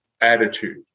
attitude